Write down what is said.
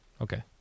Okay